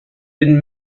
been